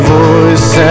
voice